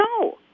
No